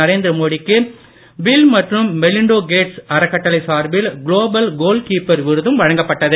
நரேந்திர மோடிக்கு பில் மற்றும் மெலிண்டாகேட்ஸ் அறக்கட்டளை சார்பில் குளோபல் கோல் கீப்பர் விருதும் வழங்கப்பட்டது